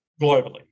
globally